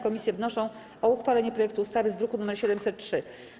Komisje wnoszą o uchwalenie projektu ustawy z druku nr 703.